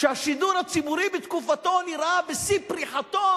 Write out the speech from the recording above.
שהשידור הציבורי בתקופתו נראה בשיא פריחתו,